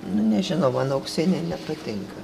nu nežinau man auksiniai nepatinka